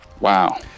Wow